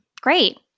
Great